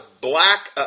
black